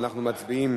אנחנו מצביעים